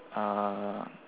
uh